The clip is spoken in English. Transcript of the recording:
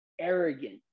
arrogant